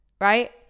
right